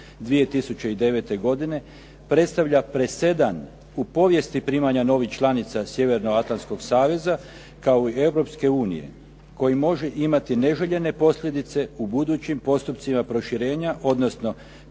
2009. godine predstavlja presedan u povijesti primanja novih članica Sjevernoatlanskog saveza kao i Europske unije koji može imati neželjene posljedice u budućim postupcima proširenja odnosno